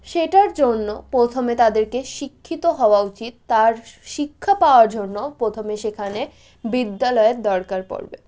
সেটার জন্য প্রথমে তাদেরকে শিক্ষিত হওয়া উচিত তার শিক্ষা পাওয়ার জন্য প্রথমে সেখানে বিদ্যালয়ের দরকার পড়বে